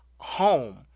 home